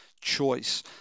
choice